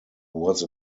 was